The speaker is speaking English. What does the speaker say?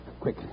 Quick